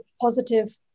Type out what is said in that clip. positive